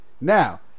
now